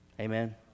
Amen